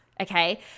okay